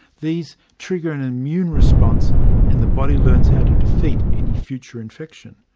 these trigger an immune response and the body learns how to defeat any future infection.